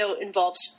involves